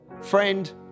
Friend